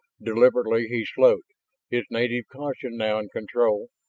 deliberately he slowed his native caution now in control,